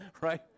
right